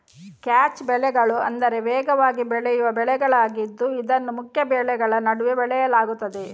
catch ಬೆಳೆಗಳು ಎಂದರೆ ವೇಗವಾಗಿ ಬೆಳೆಯುವ ಬೆಳೆಗಳಾಗಿದ್ದು ಇದನ್ನು ಮುಖ್ಯ ಬೆಳೆಗಳ ನಡುವೆ ಬೆಳೆಯಲಾಗುತ್ತದೆ